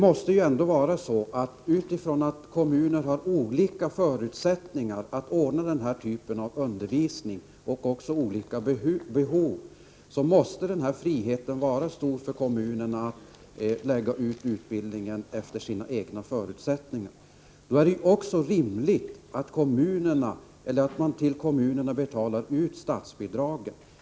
Med hänsyn till att kommunerna har olika förutsättningar att ordna den här typen av undervisning och även olika behov av det måste friheten för kommunerna vara stor att lägga ut utbildningen efter sina egna förutsättningar. Då är det också rimligt att man till kommunerna betalar ut statsbidragen.